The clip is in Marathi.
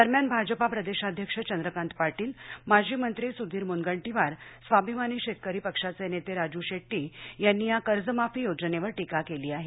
दरम्यान भाजपा प्रदेशाध्यक्ष चंद्रकांत पाटील माजी मंत्री सुधीर मुनगंटीवार स्वाभिमानी शेतकरी पक्षाचे नेते राजू शेट्टी यांनी या कर्जमाफी योजनेवर टीका केली आहे